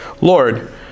Lord